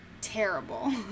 terrible